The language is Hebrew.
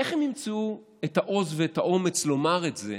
איך הם ימצאו את העוז ואת האומץ לומר את זה